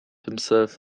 himself